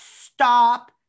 Stop